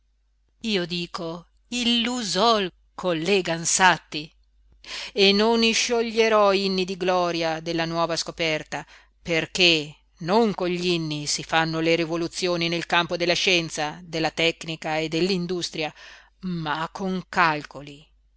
io dico il lusol collega ansatti e non iscioglierò inni in gloria della nuova scoperta perché non con gl'inni si fanno le rivoluzioni nel campo della scienza della tecnica e dell'industria ma con calcoli